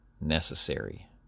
necessary